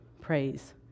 praise